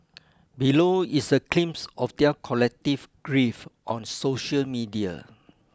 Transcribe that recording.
below is a glimpse of their collective grief on social media